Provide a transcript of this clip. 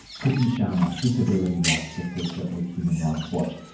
kriti sharma, disability rights researcher with human rights watch.